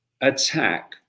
attack